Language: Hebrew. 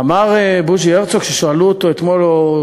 אמר בוז'י הרצוג ששאלו אותו אתמול,